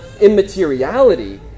immateriality